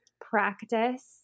practice